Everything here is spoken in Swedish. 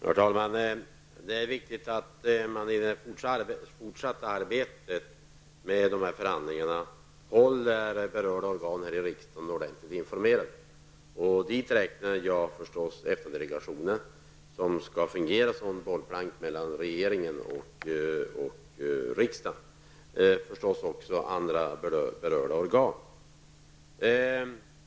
Herr talman! Det är viktigt att regeringen i det fortsatta arbetet med dessa förhandlingar håller berörda organ i riksdagen ordentligt informerade. Dit räknar jag EFTA-delegationen, som skall fungera som bollplank mellan regeringen, riksdagen och även andra berörda organ.